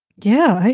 yeah,